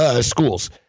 schools